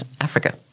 Africa